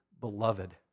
beloved